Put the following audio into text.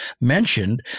mentioned